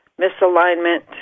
misalignment